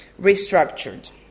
restructured